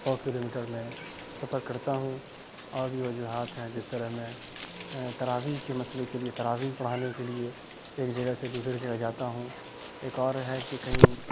سو kilometre میں سفر کرتا ہوں اور بھی وجوہات ہیں جس طرح میں تراویح کے مسئلے کے لیے تراویح پڑھانے کے لیے ایک جگہ سے دوسرے جگہ جاتا ہوں ایک اور ہے کہ کہیں